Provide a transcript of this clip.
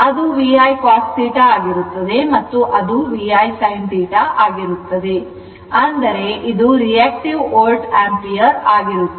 ಅದು VI cos θ ಆಗಿರುತ್ತದೆ ಮತ್ತು ಅದು VI sin θ ಆಗಿರುತ್ತದೆ ಅಂದರೆ ಇದು ರಿಯಾಕ್ಟಿವ್ ವೋಲ್ಟ್ ಆಂಪಿಯರ್ ಆಗಿರುತ್ತದೆ